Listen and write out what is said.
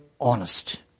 honest